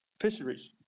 fisheries